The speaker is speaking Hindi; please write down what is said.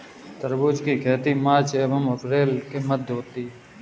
तरबूज की खेती मार्च एंव अप्रैल के मध्य होती है